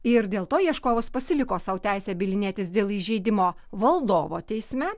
ir dėl to ieškovas pasiliko sau teisę bylinėtis dėl įžeidimo valdovo teisme